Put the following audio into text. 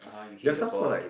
there're some sport like